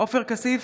עופר כסיף,